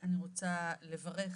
אני רוצה לברך